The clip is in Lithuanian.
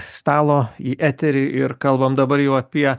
stalo į eterį ir kalbam dabar jau apie